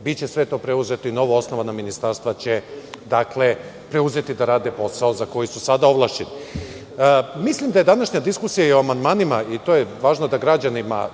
Biće sve to preuzeto i novoosnovana ministarstva će preuzeti da rade posao za koji su sada ovlašćeni. Mislim da je današnja diskusija o amandmanima dokazala, i to je važno